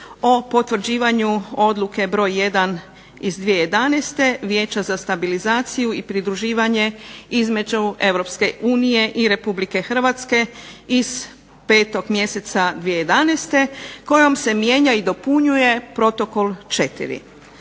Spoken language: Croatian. o potvrđivanju Odluke br. 1/2011. Vijeća za stabilizaciju i pridruživanje između EU i Republike Hrvatske iz 5. mjeseca 2011. kojom se mijenja i dopunjuje Protokol 4.